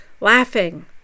laughing